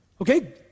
Okay